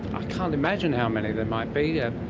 i can't imagine how many there might be. yeah